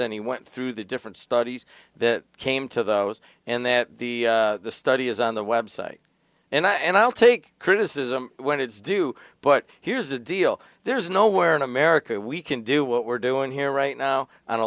he went through the different studies that came to those and that the study is on the website and i'll take criticism when it's due but here's the deal there's nowhere in america we can do what we're doing here right now on a